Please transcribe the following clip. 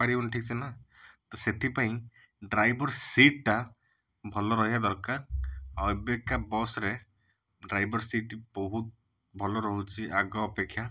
ପାରିବନି ଠିକସେ ନା ତ ସେଥିପାଇଁ ଡ୍ରାଇଭର ସିଟ୍ଟା ଭଲ ରହିବା ଦରକାର ଆଉ ଏବେକା ବସ୍ରେ ଡ୍ରାଇଭର ସିଟ୍ ବହୁତ ଭଲ ରହୁଛି ଆଗ ଅପେକ୍ଷା